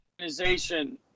organization